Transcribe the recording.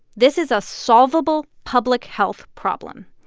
this is a solvable public health problem.